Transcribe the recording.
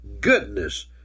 goodness